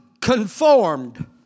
conformed